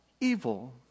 evil